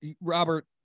robert